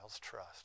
trust